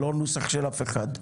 לא נוסח של אף אחד.